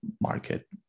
market